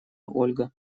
ольга